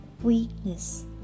weakness